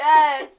Yes